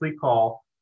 call